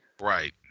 Right